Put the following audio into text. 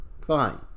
fine